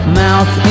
mouth